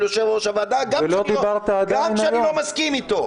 יושב-ראש הוועדה גם כשאני לא מסכים איתו,